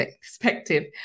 perspective